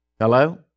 Hello